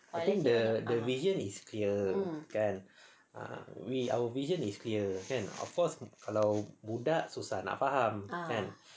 the vision is clear kan ah our vision is clear kan of course kalau budak susah nak faham kan